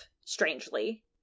strangely